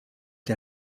der